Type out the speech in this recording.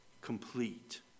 complete